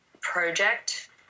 project